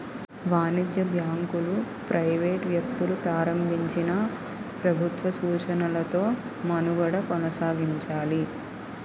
వాణిజ్య బ్యాంకులు ప్రైవేట్ వ్యక్తులు ప్రారంభించినా ప్రభుత్వ సూచనలతో మనుగడ కొనసాగించాలి